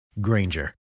Granger